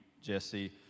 Jesse